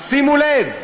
אז שימו לב.